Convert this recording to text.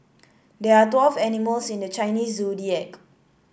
there are twelve animals in the Chinese Zodiac